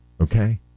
okay